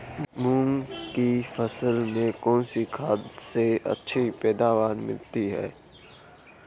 मूंग की फसल में कौनसी खाद से अच्छी पैदावार मिलती है?